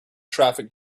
traffic